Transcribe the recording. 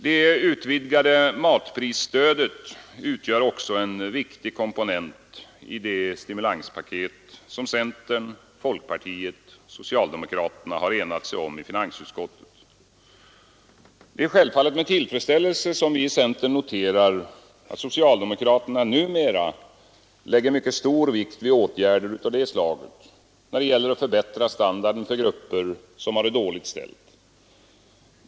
Det utvidgade matprisstödet utgör också en viktig komponent i det stimulanspaket som centern, folkpartiet och socialdemokraterna har enat sig om i finansutskottet. Det är självfallet med tillfredsställelse som vi i centern noterar att socialdemokraterna numera lägger mycket stor vikt vid åtgärder av detta slag när det gäller att förbättra standarden för grupper som har det dåligt ställt.